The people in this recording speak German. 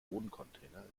wohncontainer